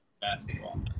basketball